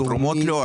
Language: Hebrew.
תרומות לא,